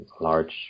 large